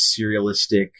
serialistic